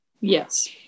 yes